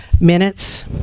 minutes